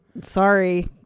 sorry